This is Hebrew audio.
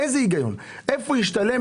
איפה ישתלם